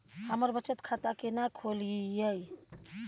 हम बचत खाता केना खोलइयै?